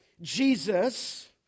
Jesus